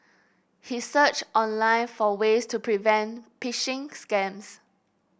he searched online for ways to prevent phishing scams